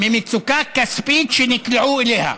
ממצוקה כספית שנקלעו אליה,